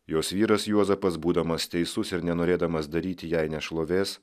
jos vyras juozapas būdamas teisus ir nenorėdamas daryti jai nešlovės